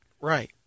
Right